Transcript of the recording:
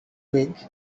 twig